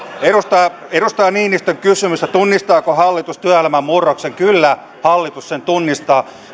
edustaja edustaja niinistön kysymykseen että tunnistaako hallitus työelämän murroksen kyllä hallitus sen tunnistaa